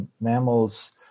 mammals